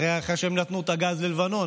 אחרי שהם נתנו את הגז ללבנון,